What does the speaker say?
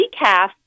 decaf